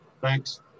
thanks